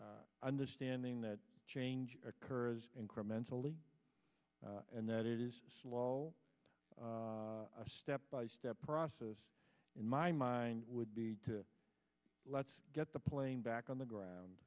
time understanding that change occurs incrementally and that it is slow a step by step process in my mind would be to let's get the plane back on the ground